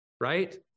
right